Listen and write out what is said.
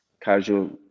casual